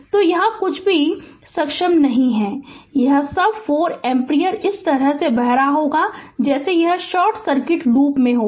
तो यहां कुछ भी सक्षम नहीं है और यह सब 4 एम्पीयर इस तरह बह रहा होगा जैसे यह शॉर्ट सर्किट लूप में होगा